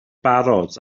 barod